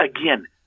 again